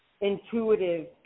intuitive